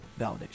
validation